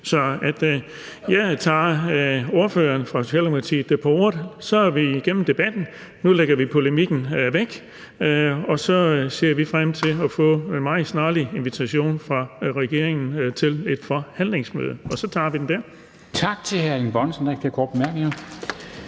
Så jeg tager ordføreren fra Socialdemokratiet på ordet. Nu er vi igennem debatten, nu lægger vi polemikken væk, og så ser vi frem til meget snarligt at få en invitation fra regeringen til et forhandlingsmøde, og så tager vi den dér.